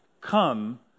come